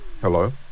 Hello